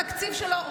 התקציב שלו,